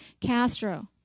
Castro